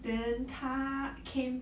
then 他 came